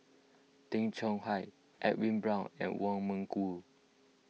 Tay Chong Hai Edwin Brown and Wong Meng Voon